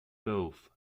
both